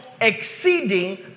exceeding